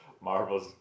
Marvel's